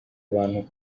abantu